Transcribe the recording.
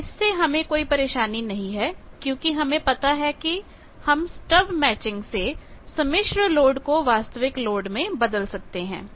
पर इससे हमें कोई परेशानी नहीं है क्योंकि हमें पता है कि हम स्टब मैचिंग से सम्मिश्र लोड को वास्तविक लोड में बदल सकते हैं